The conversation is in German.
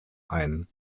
ein